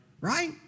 Right